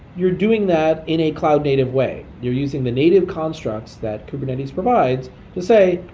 you're doing that in a cloud native way. you're using the native constructs that kubernetes provides to say,